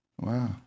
Wow